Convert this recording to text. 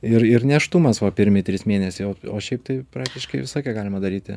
ir ir nėštumas va pirmi trys mėnesiai o o šiaip tai praktiškai visą laiką galima daryti